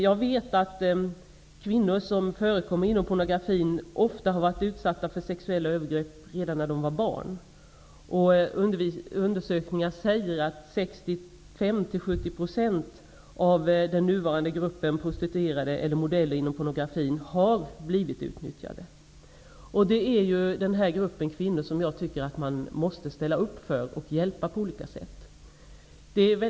Jag vet att kvinnor som förekommer i pornografi ofta har varit utsatta för sexuella övergrepp redan som barn. Undersökningar visar att 65--70 % av den nuvarande gruppen prostituerade och modeller inom pornografin har blivit utnyttjade. Jag tycker att man måste ställa upp för den gruppen kvinnor och hjälpa dem på olika sätt.